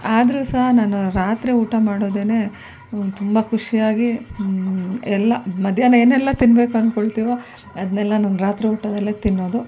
ಆದ್ರೂ ಸಹ ನಾನು ರಾತ್ರಿ ಊಟ ಮಾಡೋದೇನೆ ನಂಗೆ ತುಂಬ ಖುಷಿಯಾಗಿ ಎಲ್ಲ ಮಧ್ಯಾಹ್ನ ಏನೆಲ್ಲ ತಿನ್ನಬೇಕು ಅಂದ್ಕೊಳ್ತೀವೋ ಅದನ್ನೆಲ್ಲ ನಾನು ರಾತ್ರಿ ಊಟದಲ್ಲೇ ತಿನ್ನೋದು